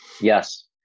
Yes